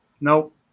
Nope